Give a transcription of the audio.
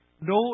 no